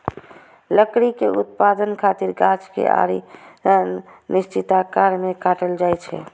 लकड़ी के उत्पादन खातिर गाछ कें आरी सं निश्चित आकार मे काटल जाइ छै